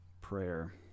Prayer